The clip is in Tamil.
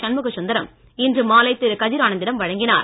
சண்முகசுந்தரம் இன்று மாலை திரு கதிர் ஆனந்திடம் வழங்கினார்